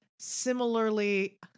Similarly